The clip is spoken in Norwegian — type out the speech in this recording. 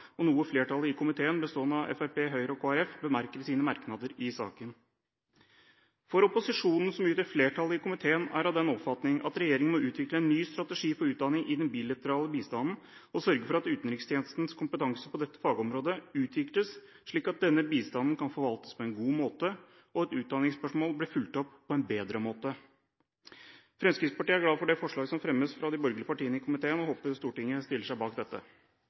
og noe flertallet i komiteen, bestående av Fremskrittspartiet, Høyre og Kristelig Folkeparti, bemerker i sine merknader i saken. Opposisjonen, som utgjør flertallet i komiteen, er av den oppfatning at regjeringen må utvikle en ny strategi for utdanning i den bilaterale bistanden, og sørge for at utenrikstjenestens kompetanse på dette fagområdet utvikles, slik at denne bistanden kan forvaltes på en god måte, og at utdanningsspørsmål blir fulgt opp på en bedre måte. Fremskrittspartiet er glad for det forslaget til innstilling som fremmes fra de borgerlige partiene i komiteen, og håper Stortinget stiller seg bak dette.